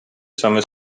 саме